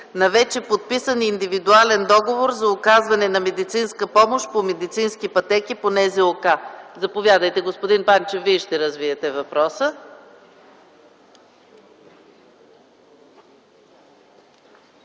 на вече подписан индивидуален договор за оказване на медицинска помощ по медицински пътеки по НЗОК. Заповядайте, господин Панчев, да развиете въпроса.